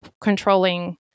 controlling